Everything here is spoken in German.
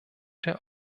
der